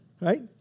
Right